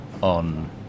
on